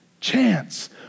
chance